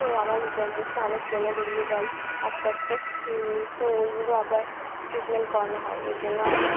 তো আমার বো মুখে অনেক ব্রন বেরিয়ে যায় আস্তে আস্তে তো ওইগুলো আবার ট্রিটমেন্ট করানো হয় ওই জন্য আর